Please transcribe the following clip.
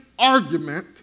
argument